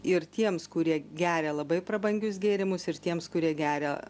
ir tiems kurie geria labai prabangius gėrimus ir tiems kurie geria